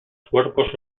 cuerpos